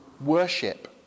worship